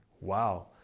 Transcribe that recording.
Wow